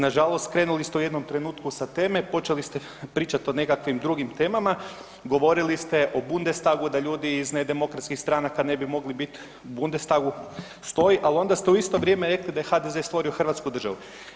Nažalost krenuli ste u jednom trenutku sa teme, počeli ste pričati o nekakvim drugim temama, govorili ste o Bundestagu da ljudi iz nedemokratskih stranka ne bi mogli bit u Bundestagu stoji, ali onda ste u isto vrijeme rekli da je HDZ stvorio Hrvatsku državu.